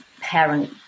parent